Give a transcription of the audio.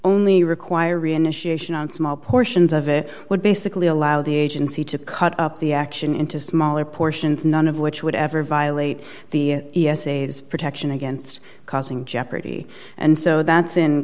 only require re initiation on small portions of it would basically allow the agency to cut up the action into smaller portions none of which would ever violate the e s a this protection against causing jeopardy and so that's in